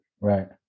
Right